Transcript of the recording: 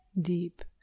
deep